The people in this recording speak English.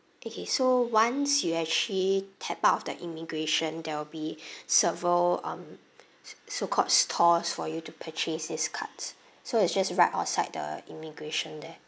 okay so once you actually tap out of the immigration there will be several um so-called stalls for you to purchase these cards so it's just right outside the immigration there